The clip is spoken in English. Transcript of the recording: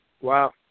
Wow